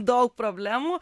daug problemų